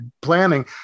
planning